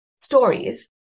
stories